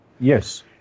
Yes